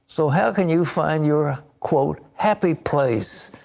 so, how can you find your quote happy place?